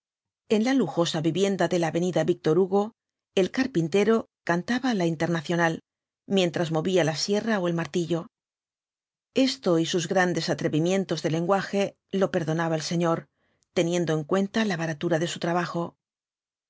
en la lujosa vivienda de la avenida víctor hugo el carpintero cantaba la internacional mientras movía la sierra ó el martillo esto y sus grandes atrelos cuatro jinhtbs übl apocalipsis vimientos de lenguaje lo perdonaba el señor teniendo en uenta la baratura de su trabajo